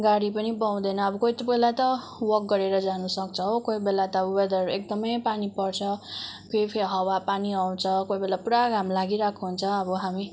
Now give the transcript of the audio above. गाडी पनि पाउँदैन अब कोही त कोही बेला त वक गरेर जानु सक्छ हो कोही बेला त वेदर एकदमै पानी पर्छ फेर फेरि हावा पानी आउँछ कोही बेला पुरा घाम लागिरहेको हुन्छ अब हामी